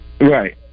Right